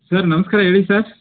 sir ನಮಸ್ಕಾರ ಹೇಳಿ sir